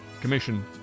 commission